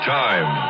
time